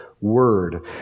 Word